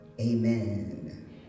amen